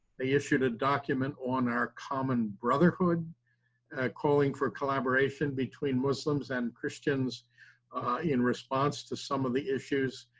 they issued a document on our common brotherhood calling for collaboration between muslims and christians in response to some of the issues.